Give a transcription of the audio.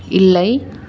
இல்லை